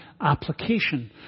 application